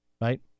Right